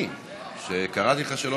פרזנטציה מעניינת, אבל מי קהל